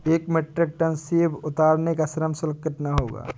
एक metric ton सेव उतारने का श्रम शुल्क कितना होगा?